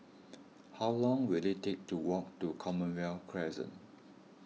how long will it take to walk to Commonwealth Crescent